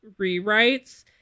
rewrites